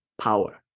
power